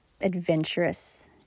adventurous